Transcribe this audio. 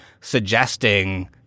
suggesting